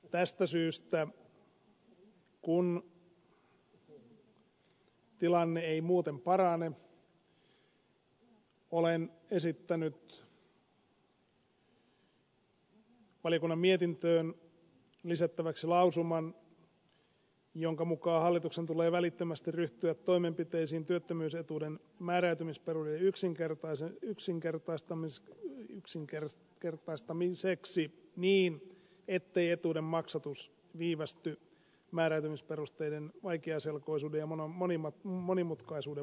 tästä syystä kun tilanne ei muuten parane olen esittänyt valiokunnan mietintöön lisättäväksi lausuman jonka mukaan hallituksen tulee välittömästi ryhtyä toimenpiteisiin työttömyysetuuden määräytymispeluri yksinkertaisen yksinkertaista minsk on työttömyysturvaetuuden määräytymisperusteiden yksinkertaistamiseksi niin ettei etuuden maksatus viivästy määräytymisperusteiden vaikeaselkoisuuden ja monimutkaisuuden vuoksi